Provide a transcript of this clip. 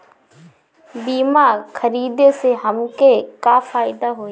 बीमा खरीदे से हमके का फायदा होई?